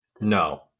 No